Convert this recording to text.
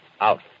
out